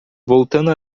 voltando